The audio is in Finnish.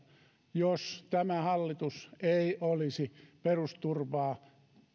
jos tämä hallitus ei olisi lähtenyt parantamaan perusturvaa